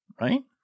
right